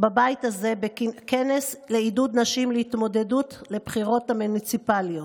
בבית הזה בכנס לעידוד נשים להתמודדות בבחירות המוניציפליות.